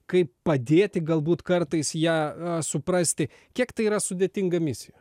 kaip padėti galbūt kartais ją suprasti kiek tai yra sudėtinga misija